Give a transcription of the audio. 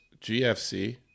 GFC